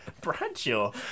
Bradshaw